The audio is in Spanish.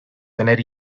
tener